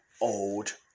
old